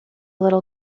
little